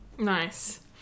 nice